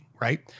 right